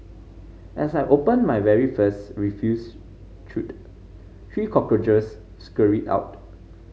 as I opened my very first refuse chute three cockroaches scurried out